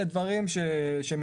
אלה דברים שמקודמים.